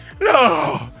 no